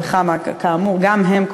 כאמור גם הם,